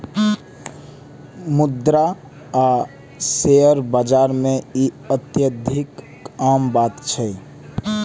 मुद्रा आ शेयर बाजार मे ई अत्यधिक आम बात छै